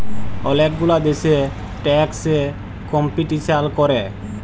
ওলেক গুলা দ্যাশে ট্যাক্স এ কম্পিটিশাল ক্যরে